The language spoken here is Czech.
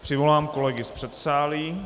Přivolám kolegy z předsálí.